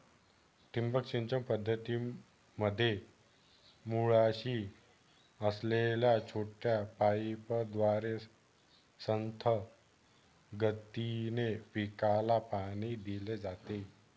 ठिबक सिंचन पद्धतीमध्ये मुळाशी असलेल्या छोट्या पाईपद्वारे संथ गतीने पिकाला पाणी दिले जाते